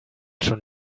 schon